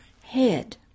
head